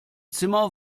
zimmer